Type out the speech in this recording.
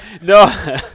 No